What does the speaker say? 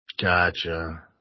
Gotcha